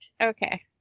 Okay